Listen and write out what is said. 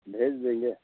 भेज देंगे